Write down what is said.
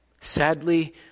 Sadly